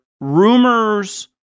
rumors